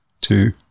two